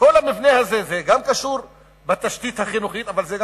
כל זה קשור בתשתית החינוכית, אבל גם